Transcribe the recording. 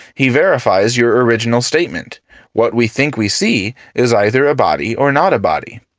he verifies your original statement what we think we see is either a body or not a body.